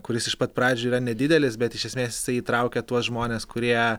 kuris iš pat pradžių yra nedidelis bet iš esmės jisai įtraukia tuos žmones kurie